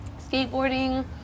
skateboarding